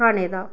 खाने दा